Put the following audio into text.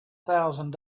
thousand